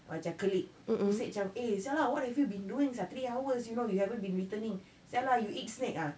uh colleague who said !hey! !siala! what have you been doing sia three hours you know you haven't been returning !siala! you eat snake ah